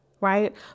right